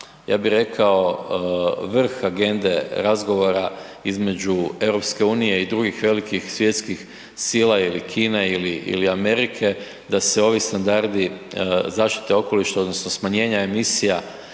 ja bi rekao, vrh agende razgovora između EU i drugih velikih svjetskih sila ili Kine ili, ili Amerike da se ovi standardi zaštite okoliša odnosno smanjenja emisija